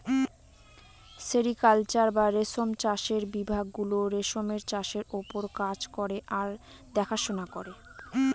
sericulture বা রেশম চাষের বিভাগ গুলো রেশমের চাষের ওপর কাজ করে আর দেখাশোনা করে